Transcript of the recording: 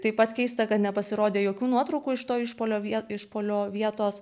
taip pat keista kad nepasirodė jokių nuotraukų iš to išpuolio išpuolio vietos